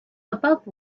above